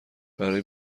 برای